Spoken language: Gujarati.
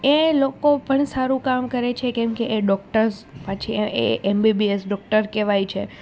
એ લોકો પણ સારું કામ કરે છે કેમકે એ ડોક્ટર્સ પછી એ એમબીબીએસ ડૉક્ટર કહેવાય છે